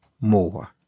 more